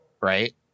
Right